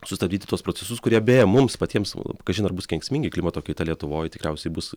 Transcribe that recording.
sustabdyti tuos procesus kurie beje mums patiems kažin ar bus kenksmingi klimato kaita lietuvoj tikriausiai bus